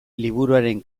liburuaren